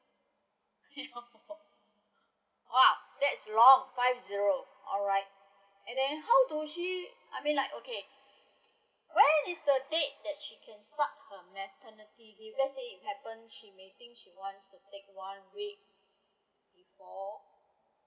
!wow! that's long five zero alreight and then how do she I mean like okay when is the date that she can start her maternity leave let's say it happen she may think she wants to take one week before